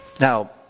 Now